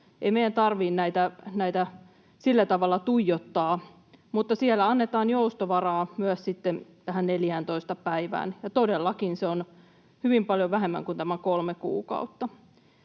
Ei meidän tarvitse näitä sillä tavalla tuijottaa, mutta siellä annetaan joustovaraa myös sitten tähän 14 päivään, ja todellakin se on hyvin paljon vähemmän kuin tämä kolme kuukautta.